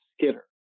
skitter